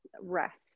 Rest